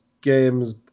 games